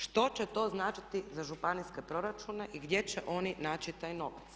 Što će to značiti za županijske proračune i gdje će oni naći taj novac?